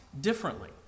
differently